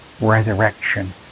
resurrection